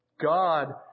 God